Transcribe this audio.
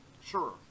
Sure